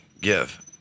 give